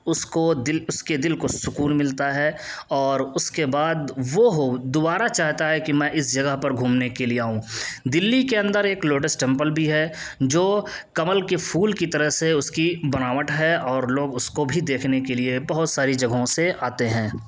اس کو دل اس کے دل کو سکون ملتا ہے اور اس کے بعد وہ دوبارہ چاہتا ہے کہ میں اس جگہ پر گھومنے کے لیے آؤں دلّی کے اندر ایک لوٹس ٹیمپل بھی ہے جو کنول کے پھول کی طرح سے اس کی بناوٹ ہے اور لوگ اس کو بھی دیکھنے کے لیے بہت ساری جگہوں سے آتے ہیں